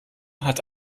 hat